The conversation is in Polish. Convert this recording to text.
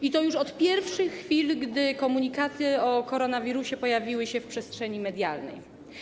I to już od pierwszych chwil, gdy komunikaty o koronawirusie pojawiły się w przestrzeni medialnej.